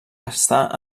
està